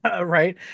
Right